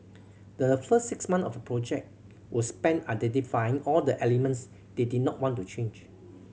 the first six months of the project were spent identifying all the elements they did not want to change